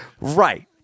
Right